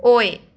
ꯑꯣꯏ